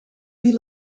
viel